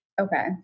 Okay